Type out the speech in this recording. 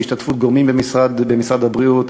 בהשתתפות גורמים במשרד הבריאות.